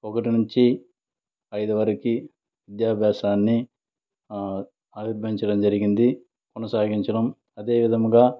ఒకటి నుంచి ఐదు వరకి విద్యాభ్యాసాన్ని జరిగింది కొనసాగించడం అదేవిధముగా